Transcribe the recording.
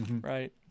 Right